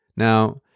Now